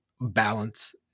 balance